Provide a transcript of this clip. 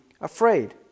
afraid